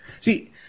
See